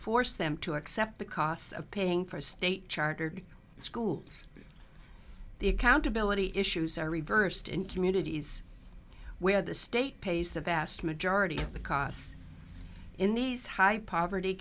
force them to accept the costs of paying for state chartered schools the accountability issues are reversed in communities where the state pays the vast majority of the costs in these high poverty